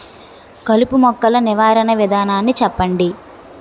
కలుపు మొక్కలు నివారణ విధానాన్ని చెప్పండి?